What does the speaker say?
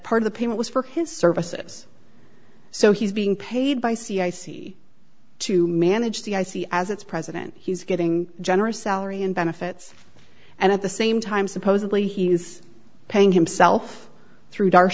part of the payment was for his services so he's being paid by c i c to manage the i c as its president he's getting generous salary and benefits and at the same time supposedly he's paying himself through dar